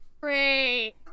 Great